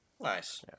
Nice